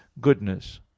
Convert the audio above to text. goodness